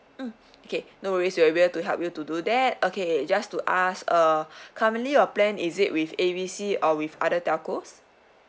mm okay no worries we'll able to help you to do that okay just to ask uh currently your plan is it with A B C or with other telcos